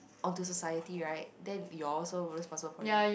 onto society right then you're also responsible for him